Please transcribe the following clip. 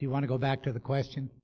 you want to go back to the question